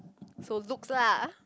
so looks lah